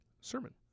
sermon